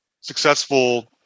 successful